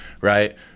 right